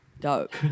dope